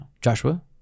Joshua